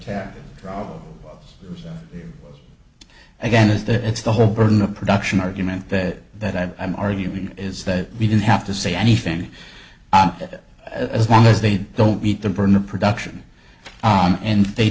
cat again is that it's the whole burden of production argument that that i'm arguing is that we didn't have to say anything that as long as they don't meet the burden of production on and they